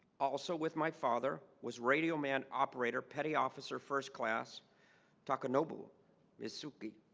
also with my father was radio man operator petty officer first class taka nobu mizuki